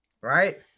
Right